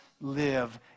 live